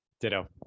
Ditto